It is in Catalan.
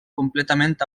completament